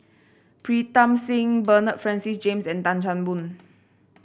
Pritam Singh Bernard Francis James and Tan Chan Boon